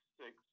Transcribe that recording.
six